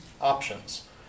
options